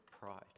pride